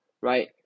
right